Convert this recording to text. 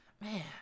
Man